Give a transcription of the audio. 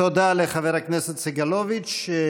תודה לחבר הכנסת סגלוביץ'.